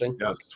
Yes